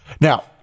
Now